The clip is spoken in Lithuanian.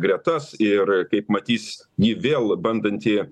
gretas ir kaip matys jį vėl bandantį